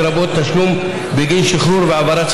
לרבות תשלום בגין שחרור והעברה של